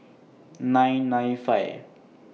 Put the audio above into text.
nine nine five